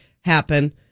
happen